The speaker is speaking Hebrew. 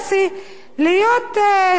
להיות שמרטפית,